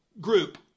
group